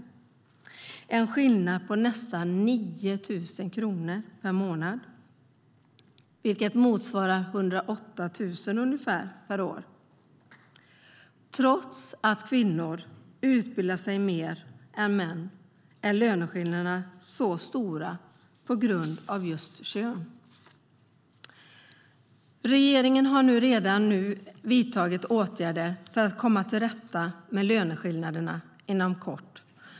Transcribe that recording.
Det är en skillnad på nästan 9 000 kronor per månad, vilket motsvarar ungefär 108 000 kronor per år. Trots att kvinnor utbildar sig mer än män är löneskillnaderna så stora på grund av just kön. Regeringen har redan vidtagit åtgärder för att komma till rätta med löneskillnaderna.